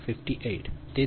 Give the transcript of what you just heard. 69 p